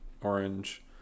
orange